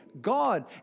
God